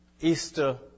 Easter